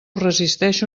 resisteixo